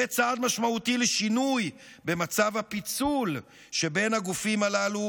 זה צעד משמעותי לשינוי במצב הפיצול שבין הגופים הללו,